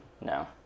No